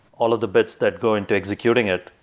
all of the bits that go into executing it,